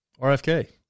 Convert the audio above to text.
RFK